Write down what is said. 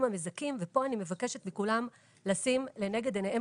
המזכים וכאן אני מבקשת מכולם לשים לנגד עיניהם